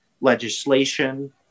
legislation